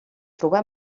trobà